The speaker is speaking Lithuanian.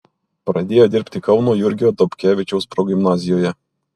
pradėjo dirbti kauno jurgio dobkevičiaus progimnazijoje